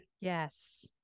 Yes